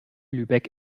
lübeck